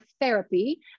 therapy